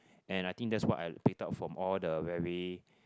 and I think that's what I out from all the very